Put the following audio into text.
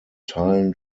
teilen